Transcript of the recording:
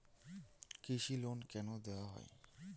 কৃষি লোন কেন দেওয়া হয়?